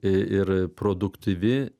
ir produktyvi